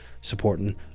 supporting